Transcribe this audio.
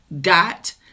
dot